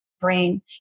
brain